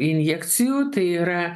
injekcijų tai yra